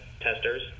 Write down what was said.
testers